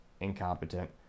incompetent